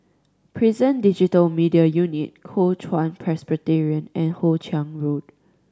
Prison Digital Media Unit Kuo Chuan Presbyterian and Hoe Chiang Road